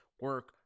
Work